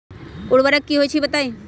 उर्वरक की होई छई बताई?